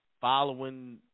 following